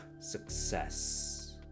success